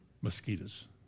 Mosquitoes